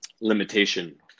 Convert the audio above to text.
limitation